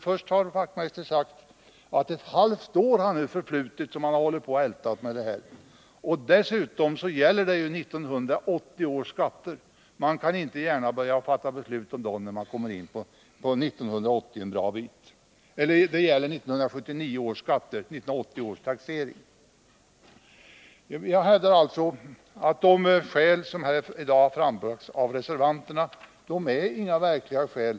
Först har man, som Knut Wachtmeister sade, hållit på att älta detta ett halvt år, och dessutom gäller det ju 1979 års skatter. Man kan inte gärna fatta beslut om dem när man kommit en bra bit in på 1980. Jag hävdar alltså att de skäl som i dag har framförts av reservanterna inte är några verkliga skäl.